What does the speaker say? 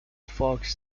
fox